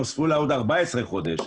נוספו לה עוד 14 חודש,